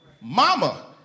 mama